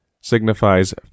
signifies